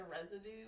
residue